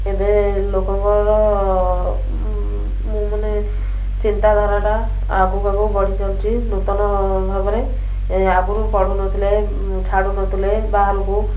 ଏବେ ଲୋକଙ୍କର ମୁଁ ମାନେ ଚିନ୍ତାଧାରାଟା ଆଗକୁ ଆଗକୁ ବଢ଼ି ଚାଲୁଛି ନୂତନ ଭାବରେ ଆଗକୁ ପଢ଼ୁ ନ ଥିଲେ ଛାଡ଼ୁ ନ ଥିଲେ ବାହାରକୁ